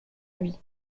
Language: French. lui